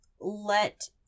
let